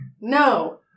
No